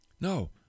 No